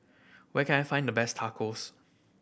where can I find the best Tacos